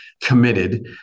committed